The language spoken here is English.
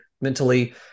mentally